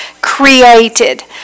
created